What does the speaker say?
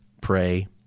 pray